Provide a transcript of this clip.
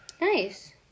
Nice